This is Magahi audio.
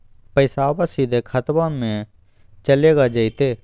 पैसाबा सीधे खतबा मे चलेगा जयते?